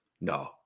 No